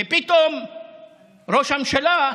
ופתאום ראש הממשלה,